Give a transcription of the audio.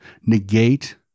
negate